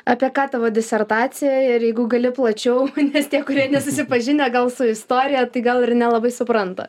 apie ką tavo disertacija ir jeigu gali plačiau nes tie kurie nesusipažinę gal su istorija tai gal ir nelabai supranta